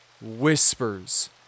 Whispers